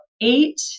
eight